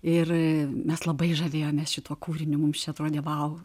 ir mes labai žavėjomės šituo kūriniu mums čia atrodė vau